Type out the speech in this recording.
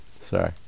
sorry